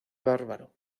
bárbaro